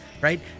right